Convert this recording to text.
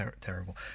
terrible